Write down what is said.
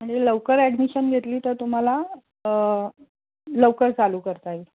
म्हणजे लवकर ॲडमिशन घेतली तर तुम्हाला लवकर चालू करता येईल